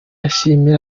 ashimira